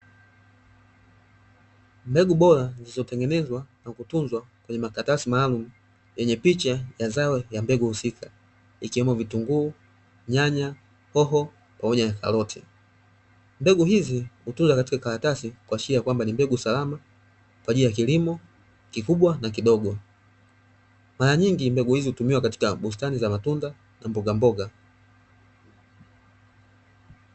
Mbegu bora zilizotengenezwa na kutunzwa kwenye makaratasi maalumu yenye picha ya zao ya mbegu husika, ikiwemo vitunguu, nyanya, hoho, pamoja na karoti. Mbegu hizi hutunzwa katika kikaratasi kuashiria kwamba ni mbegu salama kwa ajili ya kilimo kikubwa, na kidogo; mara nyingi mbegu hizi hutumiwa katika bustani za matunda na mbogamboga.